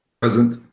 Present